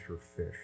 fish